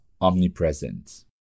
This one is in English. omnipresent